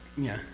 yeah,